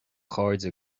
chairde